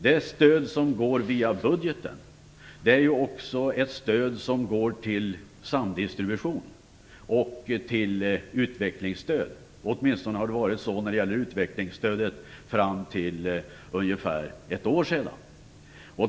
Det stöd som går ut via budgeten går också till samdistribution och till utvecklingsstöd. Åtminstone har det när det gäller utvecklingsstödet varit så fram till för ungefär ett år sedan.